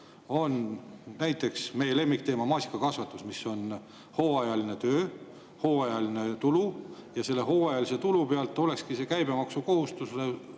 Näiteks meie lemmikteema maasikakasvatus. Seal on hooajaline töö, hooajaline tulu, ja selle hooajalise tulu pealt olekski see käibemaksukohustuslase